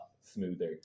smoother